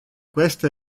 queste